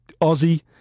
Aussie